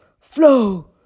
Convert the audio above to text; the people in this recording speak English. Flow